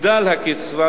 תגדל הקצבה,